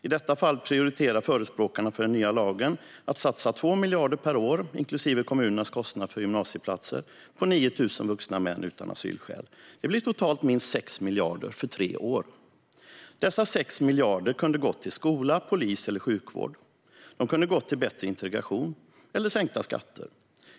I detta fall prioriterar förespråkarna för den nya lagen att satsa 2 miljarder per år, inklusive kommunernas kostnad för gymnasieplatser, på 9 000 vuxna män utan asylskäl. Det blir totalt minst 6 miljarder för tre år. Dessa 6 miljarder kunde ha gått till skola, polis eller sjukvård. De kunde ha gått till bättre integration eller sänkta skatter.